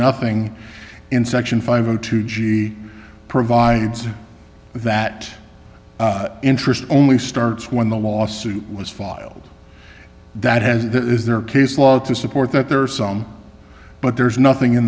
nothing in section five zero two g provides that interest only starts when the lawsuit was filed that has that is their case law to support that there are some but there's nothing in